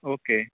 okay